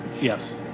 Yes